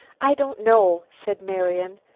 i don't know, said marian.